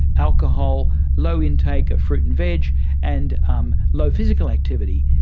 alcohol, low intake of fruit and vegetables and um low physical activity.